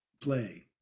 Play